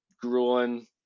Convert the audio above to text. grueling